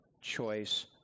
choice